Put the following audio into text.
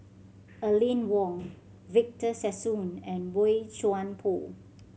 Aline Wong Victor Sassoon and Boey Chuan Poh